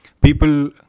People